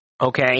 Okay